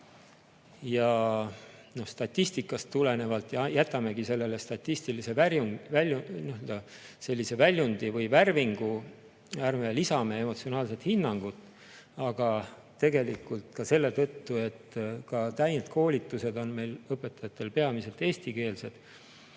Statistikast tulenevalt – ja jätamegi sellele sellise statistilise värvingu, ärme lisame emotsionaalset hinnangut –, aga tegelikult ka selle tõttu, et ka täienduskoolitused on meil õpetajatele peamiselt eestikeelsed